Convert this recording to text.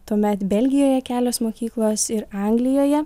tuomet belgijoje kelios mokyklos ir anglijoje